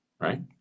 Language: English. right